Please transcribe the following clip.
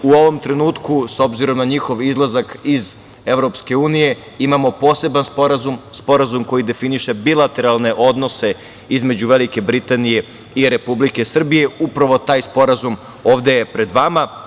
U ovom trenutku, s obzirom na njihov izlazak iz EU, imamo poseban sporazum, sporazum koji definiše bilateralne odnose između Velike Britanije i Republike Srbije i upravo taj sporazum ovde je pred vama.